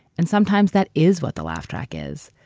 and sometimes that is what the laugh track is.